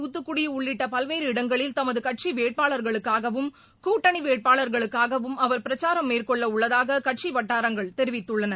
தூத்துக்குடி உள்ளிட்ட பல்வேறு இடங்களில் தமது கட்சி வேட்பாளர்களுக்காகவும் கூட்டனி வேட்பாளர்களுக்காகவும் அவா பிரச்சாரம் மேற்கெள்ள உள்ளதாக கட்சி வட்டாரங்கள் தெரிவித்துள்ளன